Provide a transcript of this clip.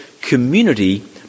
community